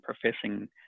professing